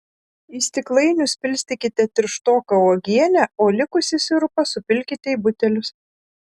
į stiklainius pilstykite tirštoką uogienę o likusį sirupą supilkite į butelius